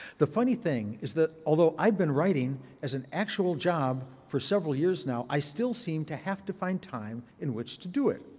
the funny thing is that although i've been writing as an actual job for several years now, i still seem to have to find time in which to do it.